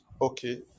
okay